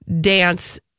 dance